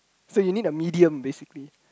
so you need a medium basically